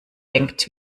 denkt